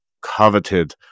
coveted